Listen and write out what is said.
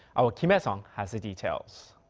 our kim hyesung has the details.